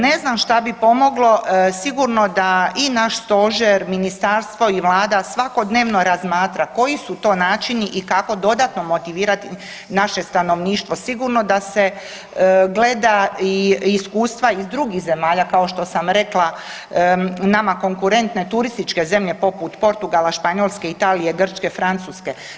Ne znam šta bi pomoglo, sigurno da i naš Stožer, Ministarstvo i Vlada svakodnevno razmatra koji su to načini i kako dodatno motivirati naše stanovništvo, sigurno da se gleda i iskustva iz drugih zemalja, kao što sam rekla, nama konkurentne turističke zemlje poput Portugala, Španjolske, Italije, Grčke, Francuske.